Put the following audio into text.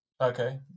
Okay